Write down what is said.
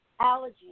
Allergies